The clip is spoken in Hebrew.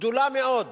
גדולה מאוד